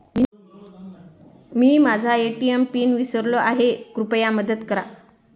मी माझा ATM pin विसरलो आहे, कृपया मदत करा